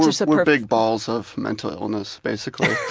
so we're big balls of mental illness basically.